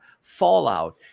Fallout